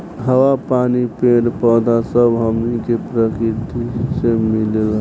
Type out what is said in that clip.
हवा, पानी, पेड़ पौधा सब हमनी के प्रकृति से मिलेला